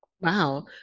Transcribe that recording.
Wow